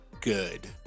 good